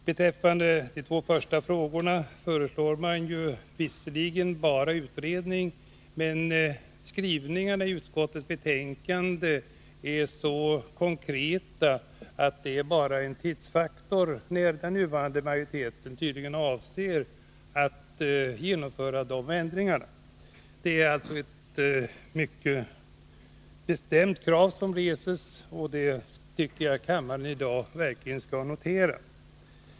Beträffande de två första frågorna föreslår man visserligen bara utredning, men skrivningarna i utskottets betänkande är så konkreta att det bara är en tidsfråga när den nuvarande majoriteten genomför dessa förändringar. Det är alltså ett mycket bestämt krav som reses, och det tycker jag att kammaren i dag verkligen skall notera.